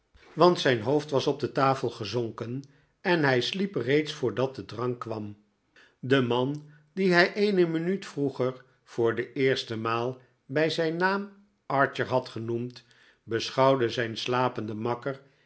want zijn hoofd was op de jozeef grimaldi tafel gezonken en hi sliep reeds voordat de drank kwam de man dien hij eene minuut vroeger voor de eerste maal bij zijn naam archer had genoemd beschouwde zijn slapenden makker